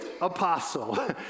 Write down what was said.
apostle